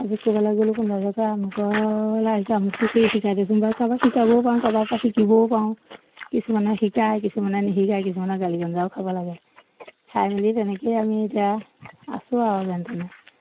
আজিকালি ক'ৰবালৈ গ'লোঁ কোনোবাই যদি কয় আমুকলৈ আহিছোঁ আমুকটোকে শিকাই দেচোন বাৰু কাৰোবাক শিকাবও পাৰো কাৰোবাৰ পৰা শিকিবও পাৰো কিছুমানে শিকায় কিছুমানে নিশিকায় কিছুমানে গালি গঞ্জাও খাব লাগে খাই মেলি তেনেকেই আমি এতিয়া আছোঁ আৰু যেন তেনে